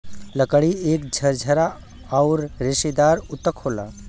लकड़ी एक झरझरा आउर रेसेदार ऊतक होला